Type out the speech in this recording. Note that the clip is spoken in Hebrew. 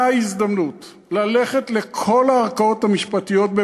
הזדמנות ללכת לכל הערכאות המשפטיות,